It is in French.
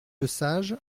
lesage